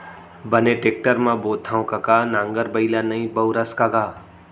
बने टेक्टर म बोथँव कका नांगर बइला नइ बउरस का गा?